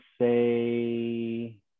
say